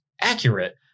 accurate